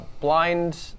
blind